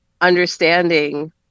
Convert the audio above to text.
understanding